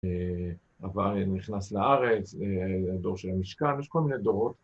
אבל נכנס לארץ, לדור של המשכן, יש כל מיני דורות.